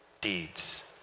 deeds